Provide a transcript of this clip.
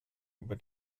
über